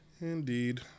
Indeed